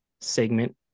segment